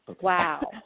Wow